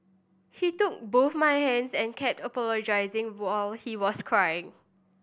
he took both my hands and kept apologising while he was crying